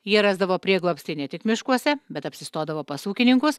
jie rasdavo prieglobstį ne tik miškuose bet apsistodavo pas ūkininkus